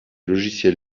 logiciels